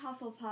Hufflepuff